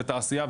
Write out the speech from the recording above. תעשייה,